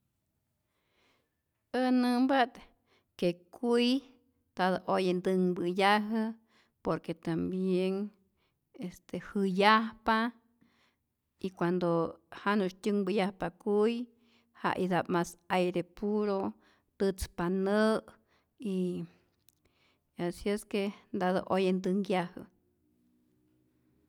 Äj nämpa't ke kuy ntatä oye ntänhpä'yajä por tambien este jäyajpa y cuando janu'sy tyänhpäyajpa kuy ja itap mas aire puro, tätzpa nä y asi es que ntatä oye tänhyajä.